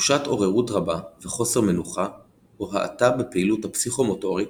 תחושת עוררות רבה וחוסר מנוחה או האטה בפעילות הפסיכומוטורית,